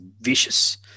vicious